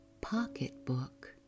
pocketbook